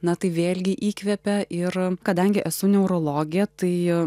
na tai vėlgi įkvepia ir kadangi esu neurologė tai